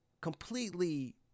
completely